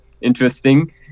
interesting